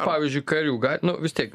pavyzdžiui karių ga nu vis tiek